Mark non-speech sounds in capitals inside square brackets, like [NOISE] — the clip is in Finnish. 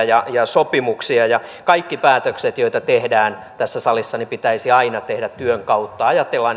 [UNINTELLIGIBLE] ja ja sopimuksia kaikki päätökset joita tehdään tässä salissa pitäisi aina tehdä työn kautta ajatella [UNINTELLIGIBLE]